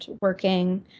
working